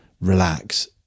relax